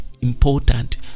Important